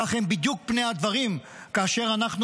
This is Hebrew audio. כאלה הם בדיוק פני הדברים כאשר אנחנו